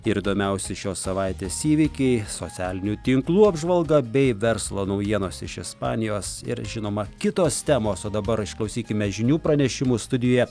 ir įdomiausi šios savaitės įvykiai socialinių tinklų apžvalga bei verslo naujienos iš ispanijos ir žinoma kitos temos o dabar išklausykime žinių pranešimų studijoje